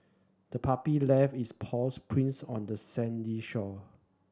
the puppy left its paws prints on the sandy shore